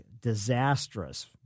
disastrous